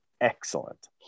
excellent